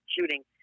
shooting